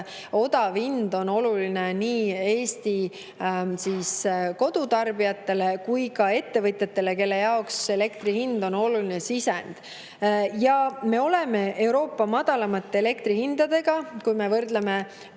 odav hind on oluline nii Eesti kodutarbijatele kui ka ettevõtjatele, kelle jaoks elektri hind on oluline sisend. Me oleme Euroopa madalaimate elektrihindadega. Kui me võrdleme